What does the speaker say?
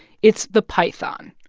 it's the python.